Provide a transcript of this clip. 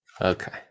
okay